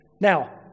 Now